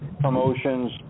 promotions